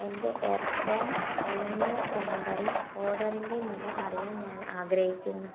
എന്റെ എർത്തോൺ ഉണങ്ങിയ ക്രാൻബെറി ഓർഡറിന്റെ നില അറിയാൻ ഞാൻ ആഗ്രഹിക്കുന്നു